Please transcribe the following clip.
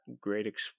great